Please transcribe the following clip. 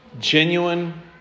Genuine